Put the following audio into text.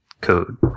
code